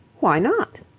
why not?